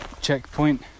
checkpoint